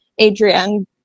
Adrienne